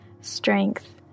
strength